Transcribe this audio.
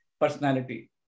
personality